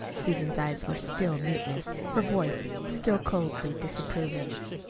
susan's eyes were still mutinous, her voice still coldly disapproving.